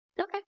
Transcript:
okay